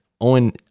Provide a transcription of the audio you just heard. Owen